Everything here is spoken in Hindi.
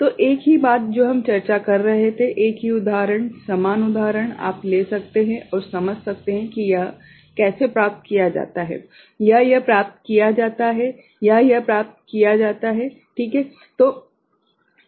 तो एक ही बात जो हम चर्चा कर रहे थे एक ही उदाहरण समान उदाहरण आप ले सकते हैं और समझ सकते हैं कि यह कैसे प्राप्त किया जाता है या यह प्राप्त किया जाता है या यह प्राप्त किया जाता है ठीक है